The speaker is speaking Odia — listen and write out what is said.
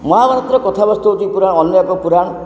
ମହାଭାରତର କଥାବସ୍ତୁ ହଉଛି ପୁରା ଅନେକ ପୁରାଣ